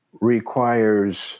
requires